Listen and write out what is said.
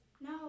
No